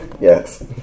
Yes